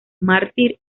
mártir